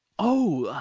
oh!